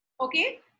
Okay